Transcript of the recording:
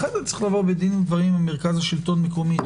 אחרת צריך לבוא בדין ודברים עם מרכז השלטון המקומי.